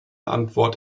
antwort